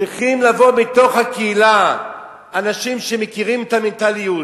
צריכים לבוא בתוך הקהילה אנשים שמכירים את המנטליות,